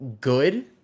good